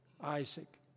Isaac